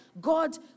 God